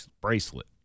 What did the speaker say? bracelet